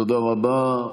תודה רבה.